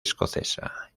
escocesa